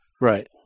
Right